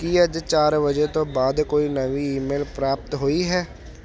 ਕੀ ਅੱਜ ਚਾਰ ਵਜੇ ਤੋਂ ਬਾਅਦ ਕੋਈ ਨਵੀਂ ਈਮੇਲ ਪ੍ਰਾਪਤ ਹੋਈ ਹੈ